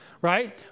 right